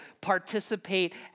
participate